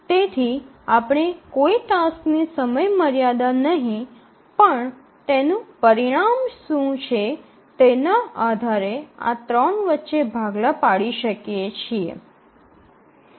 તેથી આપણે કોઈ ટાસ્કની સમયમર્યાદા નહીં પણ તેનું પરિણામ શું છે તેના આધારે આ ત્રણ વચ્ચે ભાગલા પાડી શકીએ છીએ